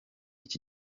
iki